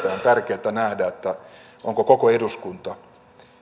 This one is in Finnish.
tärkeätä nähdä onko koko eduskunta